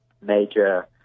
major